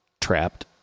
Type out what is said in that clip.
trapped